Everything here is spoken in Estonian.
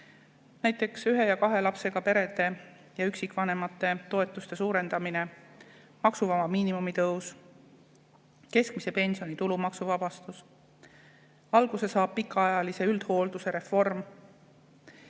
Näiteks ühe ja kahe lapsega perede ja üksikvanema toetuste suurendamine, maksuvaba miinimumi tõus, keskmise pensioni tulumaksuvabastus. Alguse saab pikaajalise üldhoolduse reform. Lõpuks